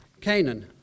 Canaan